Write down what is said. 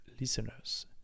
listeners